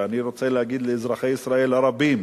ואני רוצה להגיד לאזרחי ישראל הרבים